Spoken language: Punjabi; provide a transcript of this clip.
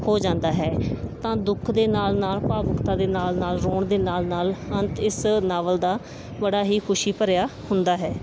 ਹੋ ਜਾਂਦਾ ਹੈ ਤਾਂ ਦੁੱਖ ਦੇ ਨਾਲ ਨਾਲ ਭਾਵੁਕਤਾ ਦੇ ਨਾਲ ਨਾਲ ਰੋਣ ਦੇ ਨਾਲ ਨਾਲ ਅੰਤ ਇਸ ਨਾਵਲ ਦਾ ਬੜਾ ਹੀ ਖੁਸ਼ੀ ਭਰਿਆ ਹੁੰਦਾ ਹੈ